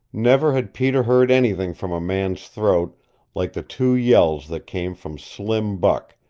never had peter heard anything from a man's throat like the two yells that came from slim buck,